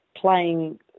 playing